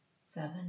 seven